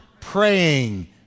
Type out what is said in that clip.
praying